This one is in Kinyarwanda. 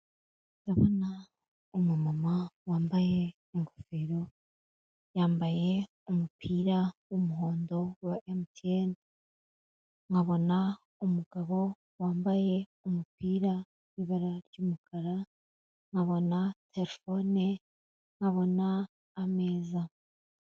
Ndabona umumama wambaye ingofero, yambaye umupira w'umuhondo wa emutiyene nkabona umugabo wambaye umupira w'ibara ry'umkara, nkabona telefone, nkabona ameza.